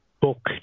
book